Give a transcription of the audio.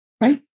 Right